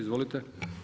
Izvolite.